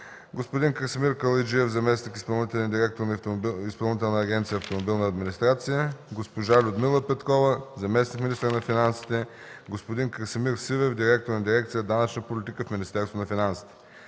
господин Красимир Калайджиев – заместник изпълнителен директор на Изпълнителна агенция „Автомобилна администрация”, госпожа Людмила Петкова – заместник-министър на финансите, господин Красимир Сивев – директор на дирекция „Данъчна политика” в Министерството на финансите.